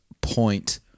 point